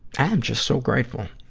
am just so grateful.